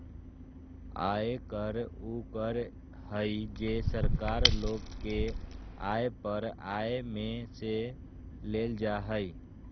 आयकर उ कर हइ जे सरकार लोग के आय पर आय में से लेल जा हइ